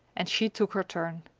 and she took her turn.